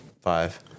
Five